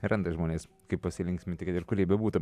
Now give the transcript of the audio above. randa žmonės kaip pasilinksminti kad ir kur jie bebūtų